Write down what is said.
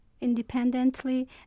independently